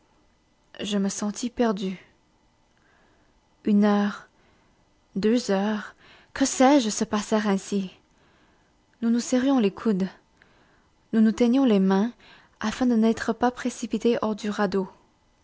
je me sentis perdu une heure deux heures que sais-je se passèrent ainsi nous nous serrions les coudes nous nous tenions les mains afin de n'être pas précipités hors du radeau